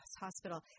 hospital